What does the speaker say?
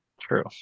True